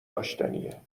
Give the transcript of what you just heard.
داشتنیه